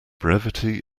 brevity